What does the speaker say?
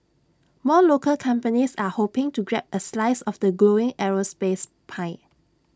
more local companies are hoping to grab A slice of the growing aerospace pie